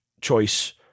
choice